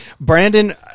Brandon